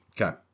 Okay